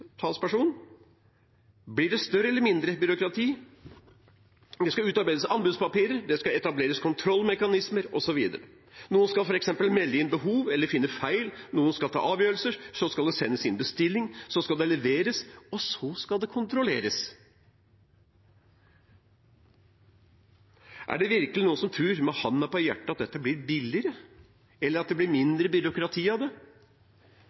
talsperson. Blir det større eller mindre byråkrati? Det skal utarbeides anbudspapirer, det skal etableres kontrollmekanismer, osv. Noen skal f.eks. melde inn behov eller finne feil, noen skal ta avgjørelser, så skal det sendes inn bestilling, så skal det leveres, og så skal det kontrolleres. Er det virkelig noen som tror med hånda på hjertet at dette blir billigere, eller at det blir mindre byråkrati av det?